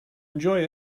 enjoy